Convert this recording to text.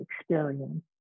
experience